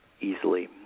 easily